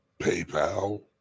PayPal